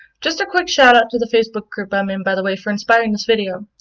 just a quick shoutout to the facebook group i'm in by the way for inspiring this video.